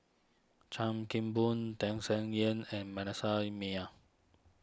Chan Kim Boon Tham Sien Yen and Manasseh Meyer